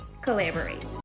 collaborate